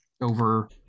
Over